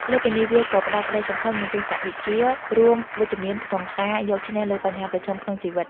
លើសពីនេះ វាក៏ផ្ដល់ក្តីសង្ឃឹម និងទស្សនវិជ្ជារួមវិជ្ជមានក្នុងការយកឈ្នះលើបញ្ហាប្រឈមក្នុងជីវិត។